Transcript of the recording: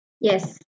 Yes